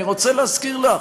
אני רוצה להזכיר לך,